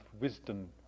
wisdom